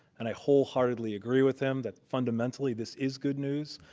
and i wholeheartedly agree with him that, fundamentally, this is good news.